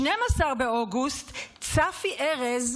ב-12 באוגוסט צפי ארז,